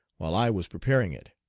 while i was preparing it.